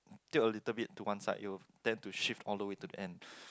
tilt a little bit to one side it will tend to shift all the way to the end